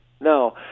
no